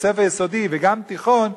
בית-ספר יסודי וגם תיכון,